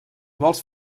vols